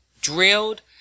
drilled